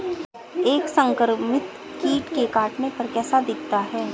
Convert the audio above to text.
एक संक्रमित कीट के काटने पर कैसा दिखता है?